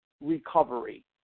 recovery